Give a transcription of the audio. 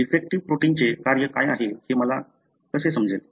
तर डिफेक्टीव्ह प्रोटीनचे काय कार्य आहे हे मला कसे समजेल